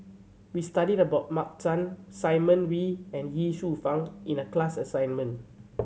we studied about Mark Chan Simon Wee and Ye Shufang in the class assignment